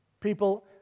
People